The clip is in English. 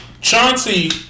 Chauncey